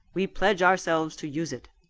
we pledge ourselves to use it.